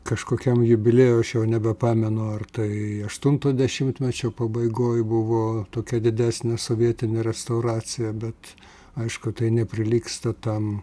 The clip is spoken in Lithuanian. kažkokiam jubiliejui aš jau nebepamenu ar tai aštunto dešimtmečio pabaigoj buvo tokia didesnė sovietinė restauracija bet aišku tai neprilygsta tam